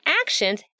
actions